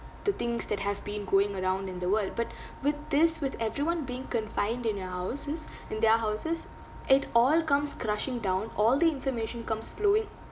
the things that have been going around in the world but with this with everyone being confined in their houses in their houses it all comes crashing down all the information comes flowing